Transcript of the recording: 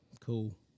Cool